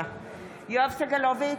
יואב סגלוביץ'